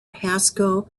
pascoe